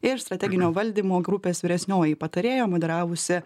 ir strateginio valdymo grupės vyresnioji patarėja moderavusi